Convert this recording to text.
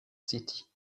city